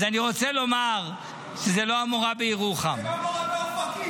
אז אני רוצה לומר שזו לא המורה בירוחם -- זו לא המורה באופקים.